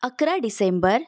अकरा डिसेंबर